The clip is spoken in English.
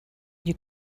you